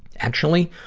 actually,